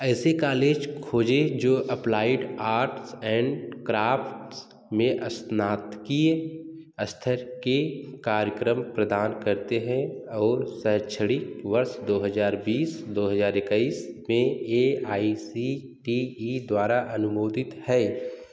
ऐसे कालेज खोजें जो अप्लाइड आर्ट्स ऐंड क्राफ़्ट्स में स्नातकीय स्तर के कार्यक्रम प्रदान करते हैं और शैक्षणिक वर्ष दो हज़ार बीस दो हज़ार इक्कीस में A I C T E द्वारा अनुमोदित है